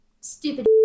stupid